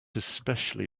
especially